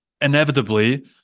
inevitably